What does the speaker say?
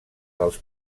dels